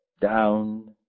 Down